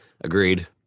agreed